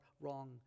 wrong